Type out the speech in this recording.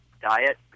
diet